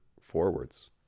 forwards